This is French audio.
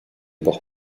ports